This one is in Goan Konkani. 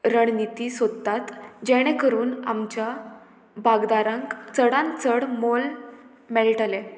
रणनीती सोदतात जेणे करून आमच्या बागदारांक चडान चड मोल मेळटलें